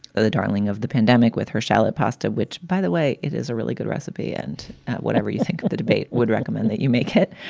ah the darling of the pandemic with her shallow pasta, which, by the way, it is a really good recipe. and whatever you think of the debate would recommend that you make it.